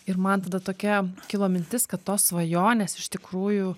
ir man tada tokia kilo mintis kad tos svajonės iš tikrųjų